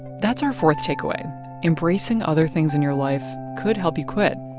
that's our fourth takeaway embracing other things in your life could help you quit.